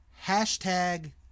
hashtag